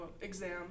exam